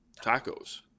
tacos